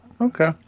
Okay